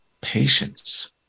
patience